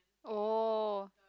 oh